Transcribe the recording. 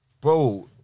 bro